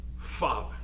father